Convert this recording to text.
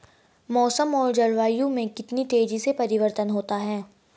मौसम और जलवायु में कितनी तेजी से परिवर्तन होता है?